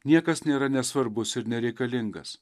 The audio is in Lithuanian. niekas nėra nesvarbus ir nereikalingas